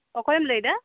ᱚᱠᱚᱭᱮᱢ ᱞᱟᱹᱭᱮᱫᱟ